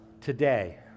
today